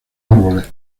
árboles